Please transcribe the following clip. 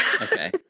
Okay